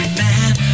man